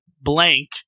blank